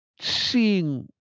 seeing